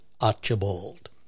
Archibald